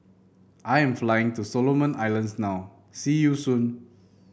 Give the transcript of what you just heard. I am flying to Solomon Islands now see you soon